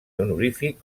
honorífic